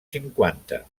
cinquanta